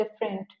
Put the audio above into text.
different